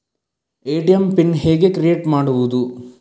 ATM pin ಹೇಗೆ create ಮಾಡುವುದು?